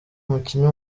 umukinnyi